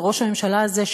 וראש הממשלה הזה,